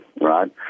right